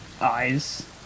eyes